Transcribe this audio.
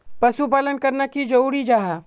पशुपालन करना की जरूरी जाहा?